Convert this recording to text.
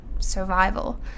survival